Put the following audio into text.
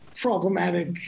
problematic